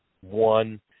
one